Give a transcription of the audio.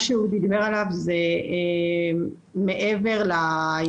מה שאודי דיבר עליו זה מעבר ליכולת הבסיסית